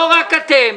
לא רק אתם.